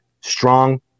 strong